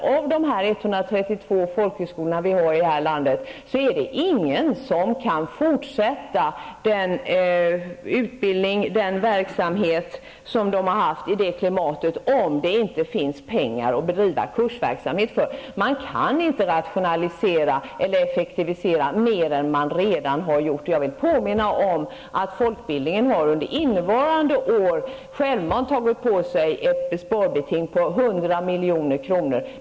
Av de 132 folkhögskolor som vi har i landet kan ingen fortsätta den utbildningsverksamhet som de har bedrivit i det klimat som rått, om det inte kommer att finnas pengar att bedriva kursverksamhet med. Man kan inte rationalisera eller effektivisera mer än man redan har gjort. Jag vill påminna om att folkbildningen under innevarande år självmant har tagit på sig ett sparbeting på 100 milj.kr.